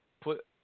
put